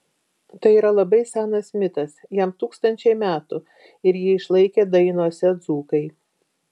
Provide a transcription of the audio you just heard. tai yra labai senas mitas jam tūkstančiai metų ir jį išlaikė dainose dzūkai